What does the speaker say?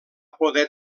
poder